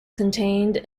contained